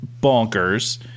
bonkers